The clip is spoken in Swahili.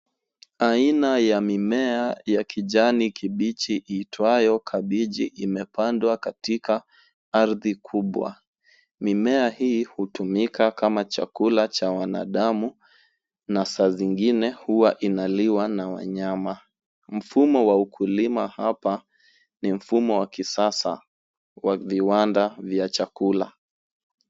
Aina ya mimea ya kijani kibichi iitwayo kabechi imepandwa katika ardhi kubwa. Mimea hii hutumika kama chakula cha binadamu na saa zingine huwa inaliwa na wanyama. Mfumo wa ukulima hapa ni mfumo wa kisasa wa viwanda vya chakula.